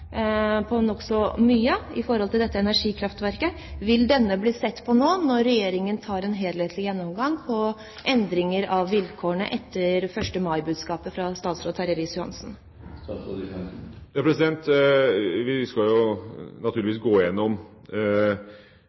Vil dette bli sett på, nå når Regjeringen foretar en helhetlig gjennomgang av endringer av vilkårene etter 1. mai-budskapet fra statsråd Terje Riis-Johansen? Vi skal jo naturligvis nå gå igjennom